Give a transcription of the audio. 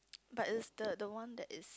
but it's the the one that is